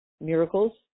miracles